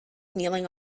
kneeling